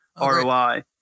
ROI